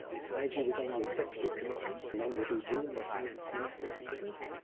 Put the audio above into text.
sayagyi was on the executive committee, along with u nu and the finance ministers and others,